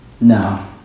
no